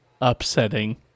upsetting